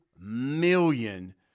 million